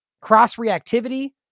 cross-reactivity